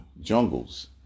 jungles